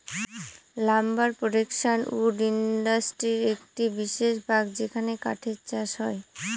lumber production wood ইন্ডাস্ট্রির একটি বিশেষ ভাগ যেখানে কাঠের চাষ হয়